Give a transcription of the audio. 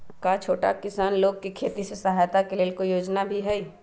का छोटा किसान लोग के खेती सहायता के लेंल कोई योजना भी हई?